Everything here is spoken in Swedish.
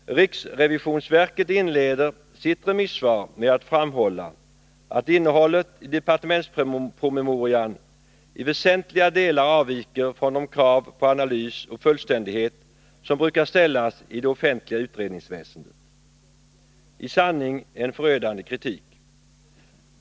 Riksrevisionsverket inleder sitt remissvar med att framhålla att innehållet i departementspromemorian i väsentliga delar avviker från de krav på analys och fullständighet som brukar ställas i det offentliga utredningsväsendet. I sanning en förödande kritik.